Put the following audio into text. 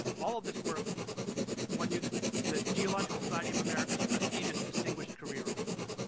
all of this work won you the the geological society of america's prestigious distinguished career award.